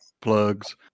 plugs